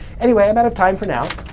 anyway, i'm out of time for now.